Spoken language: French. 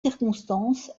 circonstance